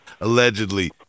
Allegedly